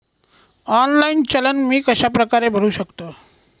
Online challan मी कशाप्रकारे भरु शकतो?